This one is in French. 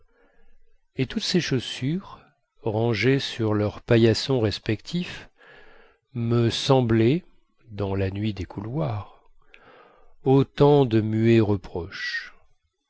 et toutes ces chaussures rangées sur leur paillasson respectif me semblaient dans la nuit des couloirs autant de muets reproches